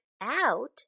out